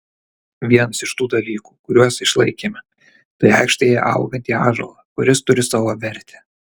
vienas iš tų dalykų kuriuos išlaikėme tai aikštėje augantį ąžuolą kuris turi savo vertę